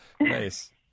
Nice